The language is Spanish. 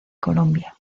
colombia